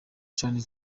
cane